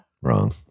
Wrong